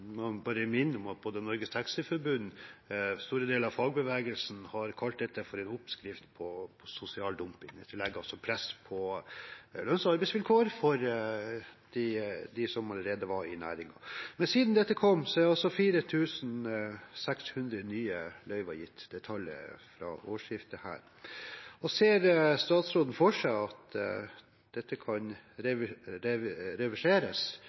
må bare minne om at både Norges Taxiforbund og store deler av fagbevegelsen har kalt dette for en oppskrift på sosial dumping. Det legger press på lønns- og arbeidsvilkår for dem som allerede var i næringen. Siden denne reformen ble innført, er over 4 600 nye løyver gitt. Tallet er fra årsskiftet. Ser statsråden for seg at dette kan